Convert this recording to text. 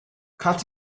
cut